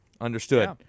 Understood